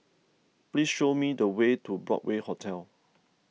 please show me the way to Broadway Hotel